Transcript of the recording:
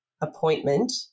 appointment